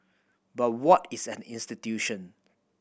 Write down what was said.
but what is an institution